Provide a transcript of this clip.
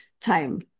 time